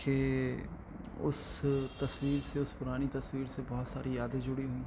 کہ اس تصویر سے اس پرانی تصویر سے بہت ساری یادیں جڑی ہوئی ہیں